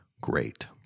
great